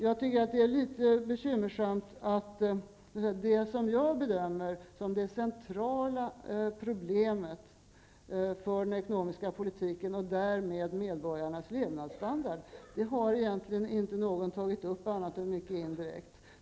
Jag tycker att det är litet bekymmersamt att det som jag bedömer som det centrala problemet för den ekonomiska politiken, och därmed för medborgarnas levnadsstandard, egentligen inte har tagits upp av någon, annat än mycket indirekt.